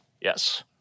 Yes